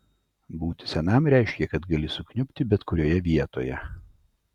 būti senam reiškė kad gali sukniubti bet kurioje vietoje